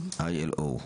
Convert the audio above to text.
ILO?